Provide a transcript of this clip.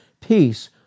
peace